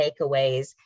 takeaways